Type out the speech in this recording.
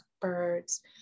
birds